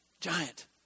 Giant